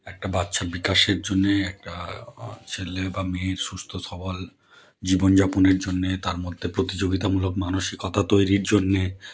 একটা বাচ্ছা বিকাশের জন্যে একটা ছেলে বা মেয়ের সুস্থ সবল জীবনযাপনের জন্যে তার মধ্যে প্রতিযোগিতামূলক মানসিকতা তৈরির জন্যে